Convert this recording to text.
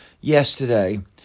yesterday